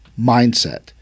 mindset